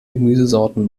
gemüsesorten